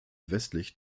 westlich